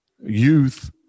youth